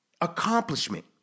Accomplishment